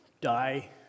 die